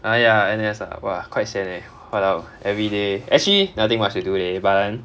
!aiya! N_S ah !wah! quite sian eh !walao! actually nothing much to do leh bit then